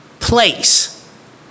place